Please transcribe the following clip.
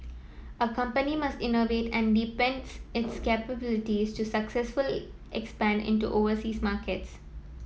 a company must innovate and deepens its capabilities to successfully expand into overseas markets